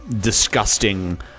disgusting